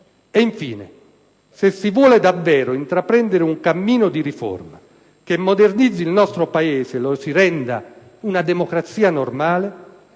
Infine, se si vuole davvero intraprendere un cammino di riforma che modernizzi il nostro Paese e lo renda una democrazia "normale",